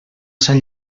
sant